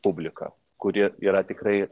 publika kuri yra tikrai